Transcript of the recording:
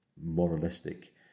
moralistic